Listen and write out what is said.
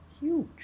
huge